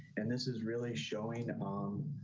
and this is really showing um